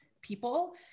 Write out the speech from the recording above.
people